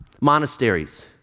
monasteries